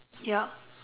ya